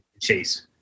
Chase